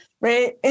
right